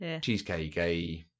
cheesecake